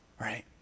Right